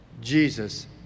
Jesus